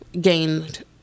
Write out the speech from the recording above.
gained